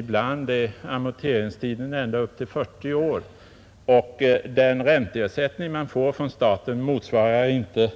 Ibland är amorteringstiden ända upp till 40 år, och den ränteersättning man får från staten motsvarar inte